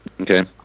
Okay